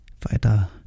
Weiter